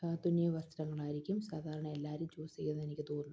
തുന്നിയ വസ്ത്രങ്ങളായിരിക്കും സാധാരണ എല്ലാവരും ചൂസ് ചെയ്യുന്നതെന്ന് എനിക്ക് തോന്നുന്നു